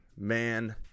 Man